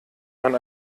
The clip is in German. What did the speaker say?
man